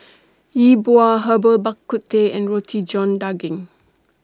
Yi Bua Herbal Bak Ku Teh and Roti John Daging